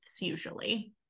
usually